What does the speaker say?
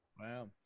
Wow